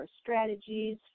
strategies